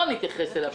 לא נתייחס אליו,